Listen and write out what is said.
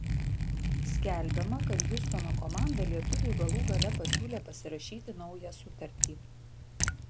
skelbiama kad hjustono komanda lietuviui galų gale pasiūlė pasirašyti naują sutartį